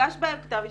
מוגש בהם כתב אישום.